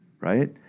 right